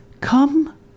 Come